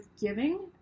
giving